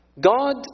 God